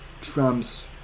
Trump's